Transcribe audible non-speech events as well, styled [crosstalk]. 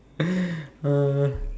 [noise] uh